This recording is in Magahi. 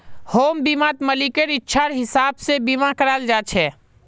होम बीमात मालिकेर इच्छार हिसाब से बीमा कराल जा छे